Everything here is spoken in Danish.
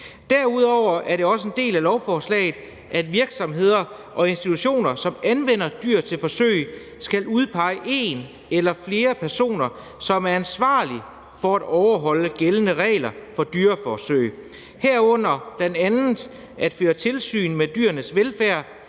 Derudover er det også en del af lovforslaget, at virksomheder og institutioner, som anvender dyr til forsøg, skal udpege en eller flere personer til at være ansvarlig for overholdelse af gældende regler for dyreforsøg, herunder bl.a. at føre tilsyn med dyrenes velfærd,